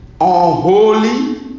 unholy